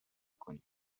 کنیم